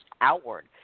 outward